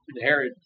Herod